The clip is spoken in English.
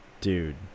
Dude